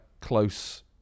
close